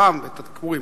אותם ואת הכורים.